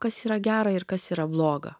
kas yra gera ir kas yra bloga